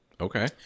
Okay